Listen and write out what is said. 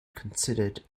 considered